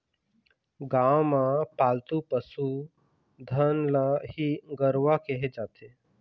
गाँव म पालतू पसु धन ल ही गरूवा केहे जाथे